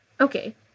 Okay